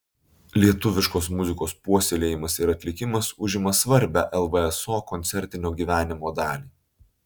lietuviškos muzikos puoselėjimas ir atlikimas užima svarbią lvso koncertinio gyvenimo dalį